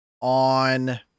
on